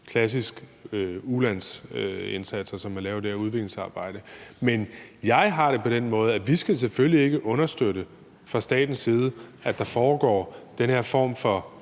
klassiske ulandsindsatser, som man laver, udviklingsarbejde. Men jeg har det på den måde, at vi selvfølgelig ikke fra statens side skal understøtte, at der foregår den her form for,